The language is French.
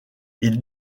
ils